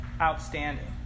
outstanding